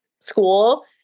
school